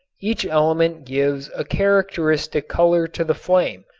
each element gives a characteristic color to the flame,